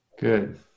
Good